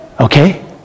Okay